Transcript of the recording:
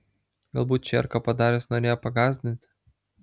galbūt čierką padaręs norėjo pagąsdinti